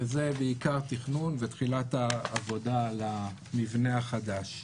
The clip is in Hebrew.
שזה בעיקר תכנון ותחילת העבודה על המבנה החדש.